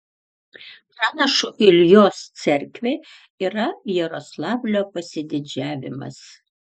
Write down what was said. pranašo iljos cerkvė yra jaroslavlio pasididžiavimas